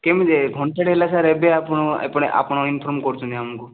କେମିତି ଯେ ଘଣ୍ଟାଟେ ହେଲା ସାର୍ ଏବେ ଆପଣ ଆପଣେ ଆପଣ ଇନଫର୍ମ୍ କରୁଛନ୍ତି ଆମକୁ